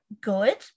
good